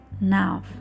now